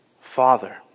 Father